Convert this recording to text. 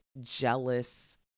jealous